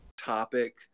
Topic